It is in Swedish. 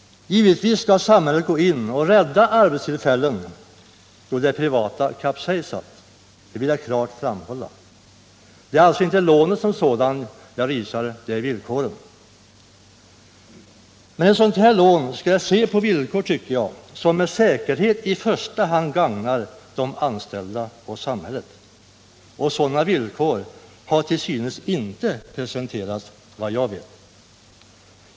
Givetvis skall samhället gå in och rädda arbetstillfällen då det privata näringslivet kapsejsat. Det vill jag klart framhålla. Det är alltså inte lånet som sådant jag är emot, det är villkoren. Ett dylikt lån skall ges på villkor som med säkerhet i första hand gagnar de anställda och samhället. Och sådana villkor har hittills inte presenterats, vad jag vet.